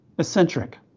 eccentric